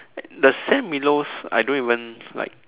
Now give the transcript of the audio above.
the Sam Willows I don't even like